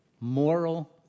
moral